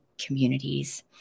communities